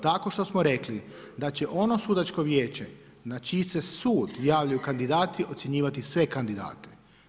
Tako što smo rekli da će ono sudačko vijeće na čiji se sud javljaju kandidati ocjenjivati sve kandidate.